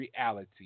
reality